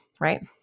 right